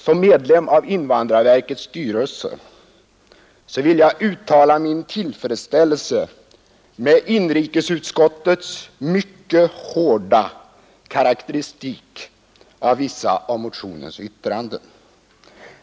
Som medlem av invandrarverkets styrelse vill jag uttala min tillfredsställelse med inrikesutskottets mycket hårda karakteristik av vissa av motionens yttranden.